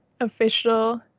official